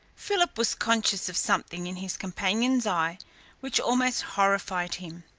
philip was conscious of something in his companion's eyes which almost horrified him.